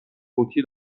فوتی